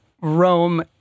Rome